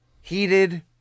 heated